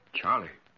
Charlie